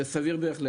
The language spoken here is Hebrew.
זה סביר בהחלט.